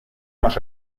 más